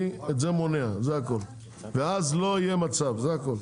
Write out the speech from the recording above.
אני את זה מונע זה הכל, ואז לא יהיה מצב, זה הכל.